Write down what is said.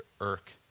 irk